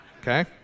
Okay